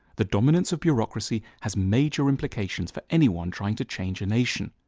the dominance of bureaucracy has major implications for anyone trying to change a nation.